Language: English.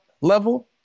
level